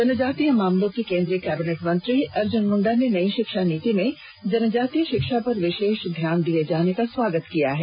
जनजातीय मामलों के केंद्रीय कैबिनेट मंत्री अर्जुन मुंडा ने नयी शिक्षा नीति में जनजातीय शिक्षा पर विशेष ध्यान दिये जाने का स्वागत किया है